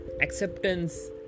acceptance